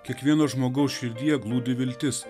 kiekvieno žmogaus širdyje glūdi viltis